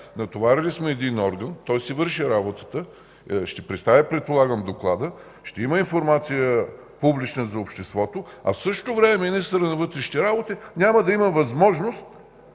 натоварили един орган – той си върши работата, ще представи предполагам доклада, ще има публична информация за обществото, а в същото време министърът на вътрешните работи няма да има възможност